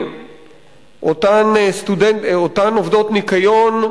אותן עובדות ניקיון,